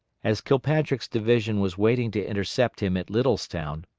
as kilpatrick's division was waiting to intercept him at littlestown,